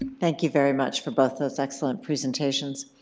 thank you very much for both those excellent presentations.